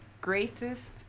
greatest